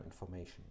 information